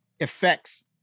affects